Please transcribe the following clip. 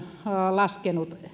laskenut